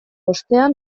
ostean